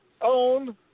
own